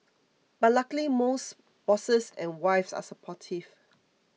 but luckily most bosses and wives are supportive